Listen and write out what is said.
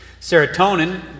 Serotonin